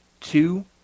two